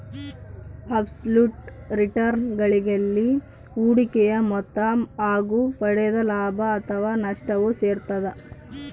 abs ಲುಟ್ return ಗಳಿಕೆಯಲ್ಲಿ ಹೂಡಿಕೆಯ ಮೊತ್ತ ಹಾಗು ಪಡೆದ ಲಾಭ ಅಥಾವ ನಷ್ಟವು ಸೇರಿರ್ತದ